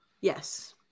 Yes